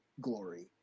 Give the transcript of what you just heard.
glory